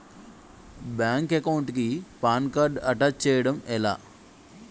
Bank account కి PAN card attach చేయడం ఎలా?